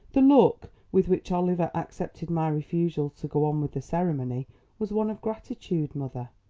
the look with which oliver accepted my refusal to go on with the ceremony was one of gratitude, mother.